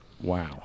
wow